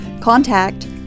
contact